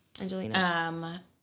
Angelina